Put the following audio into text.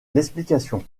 l’explication